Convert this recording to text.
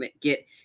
get